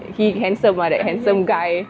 he handsome ah that handsome guy